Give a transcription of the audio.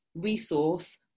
resource